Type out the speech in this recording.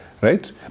right